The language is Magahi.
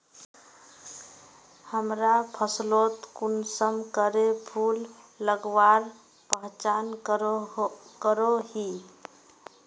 हमरा फसलोत कुंसम करे फूल लगवार पहचान करो ही?